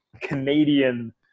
Canadian